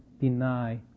deny